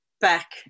back